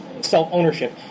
self-ownership